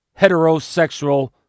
heterosexual